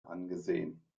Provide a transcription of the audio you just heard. angesehen